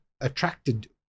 attracted